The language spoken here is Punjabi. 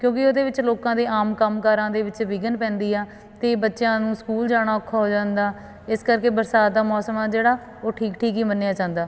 ਕਿਉਂਕਿ ਉਹਦੇ ਵਿੱਚ ਲੋਕਾਂ ਦੇ ਆਮ ਕੰਮ ਕਾਰਾਂ ਦੇ ਵਿੱਚ ਵਿਘਨ ਪੈਂਦੀ ਆ ਅਤੇ ਬੱਚਿਆਂ ਨੂੰ ਸਕੂਲ ਜਾਣਾ ਔਖਾ ਹੋ ਜਾਂਦਾ ਇਸ ਕਰਕੇ ਬਰਸਾਤ ਦਾ ਮੌਸਮ ਆ ਜਿਹੜਾ ਉਹ ਠੀਕ ਠੀਕ ਹੀ ਮੰਨਿਆ ਜਾਂਦਾ